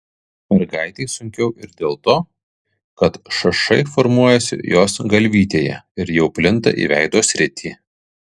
mergaitei sunkiau ir dėl to kad šašai formuojasi jos galvytėje ir jau plinta į veido sritį